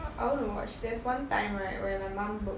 I want to watch there's one time right when my mum b~